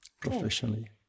professionally